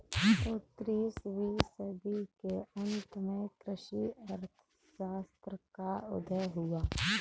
उन्नीस वीं सदी के अंत में कृषि अर्थशास्त्र का उदय हुआ